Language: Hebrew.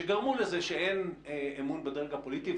שגרמו לזה שאין אמון בדרג הפוליטי.